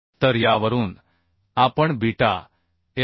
तर यावरून आपण बीटा एल